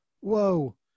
whoa